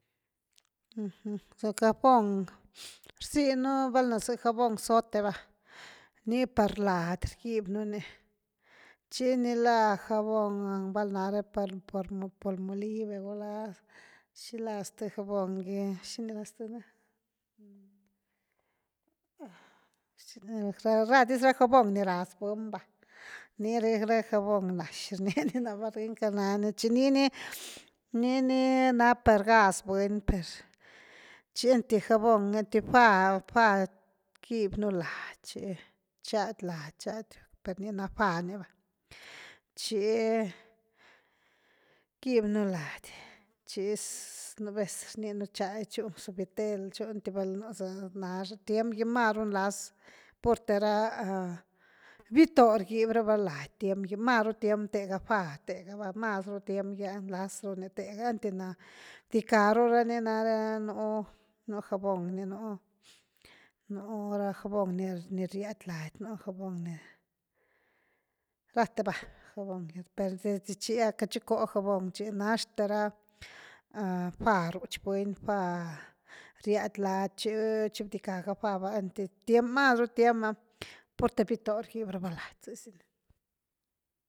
za jabon, rzinu val za jabon zote va, ni par lady rgib nuni, tchi ni la jabon val nare pal, palmolive gula xila zth jabon gy, xini la ztén le?, ra dis ra jabón ni raz buny va, ni re ra jabon nax rnia ni ná va, rïnca nani chi nii ni-ni na par gáz buny per, chi einty jabon einty fá-fá ckibnu lady chi chad lady chad per ni na fá ni va, chim quibnu lady chi nú vez chady, chuni suavitel chuni einty va nú ziga nax ni, tiem gy maru nlas purte ra bitoob rgib raba lady tiem gi, maru tiem, tega fá tega va maz ru tiem gy’a nlaz ru ni tegáan, einty na bdicka runi narenú jabon ni nú, nú ra jabon ni riad lady nú jabon ni rathe va jabon, per desde chi’a ca chicoo jabon chi naxte ra fá rutch buny, fá riad lady chi-chi bdicka ga fá va einti tiem, mas ru tiem’a purte bitoo rgib raba lady.